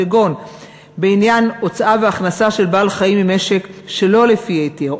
כגון בעניין הוצאה והכנסה של בעל-חיים ממשק שלא לפי היתר,